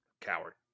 Coward